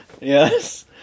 Yes